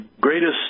greatest